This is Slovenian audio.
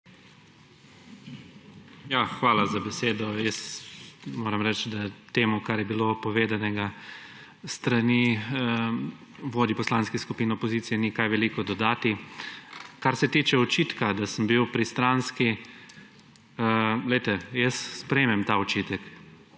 Hvala za besedo. Moram reči, da temu kar je bilo povedanega s strani vodij poslanskih skupin opozicije ni kaj veliko dodati. Kar se tiče očitka, da sem bil pristranski. Poglejte, jaz sprejmem ta očitek.